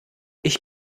ich